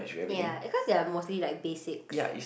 ya cause they are mostly like basics